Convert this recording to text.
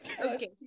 Okay